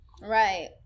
Right